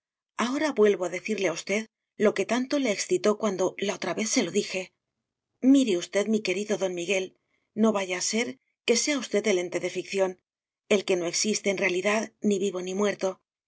ahora vuelvo a decirle a usted lo que tanto le excitó cuando la otra vez se lo dije mire usted mi querido don miguel no vaya a ser que sea usted el ente de ficción el que no existe en realidad ni vivo ni muerto